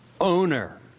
owner